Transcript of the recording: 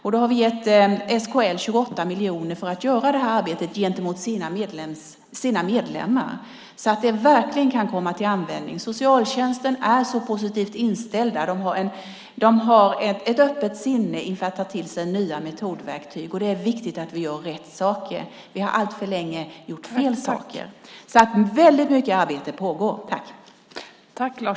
Vi har gett SKL 28 miljoner för att göra det gentemot sina medlemmar så att de verkligen kan komma till användning. Socialtjänsten är positivt inställd. De har ett öppet sinne för att ta till sig nya metodverktyg. Det är viktigt att vi gör rätt saker. Vi har alltför länge gjort fel saker. Väldigt mycket arbete pågår.